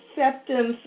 acceptance